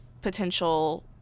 potential